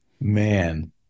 Man